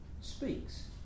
speaks